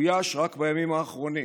אויש רק בימים האחרונים,